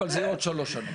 אבל זה יהיה עוד שלוש שנים.